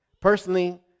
Personally